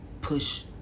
push